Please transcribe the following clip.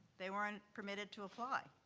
they weren't permitted to apply.